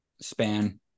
span